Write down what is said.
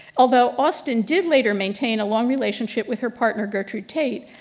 although austen did later maintain a long relationship with her partner gertrude tate,